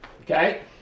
okay